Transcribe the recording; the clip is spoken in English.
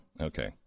okay